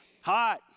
Hot